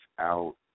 out